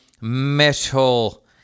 metal